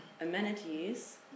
amenities